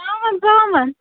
ژامَن ژامَن